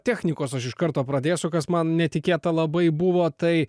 technikos aš iš karto pradėsiu kas man netikėta labai buvo tai